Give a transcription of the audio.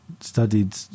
studied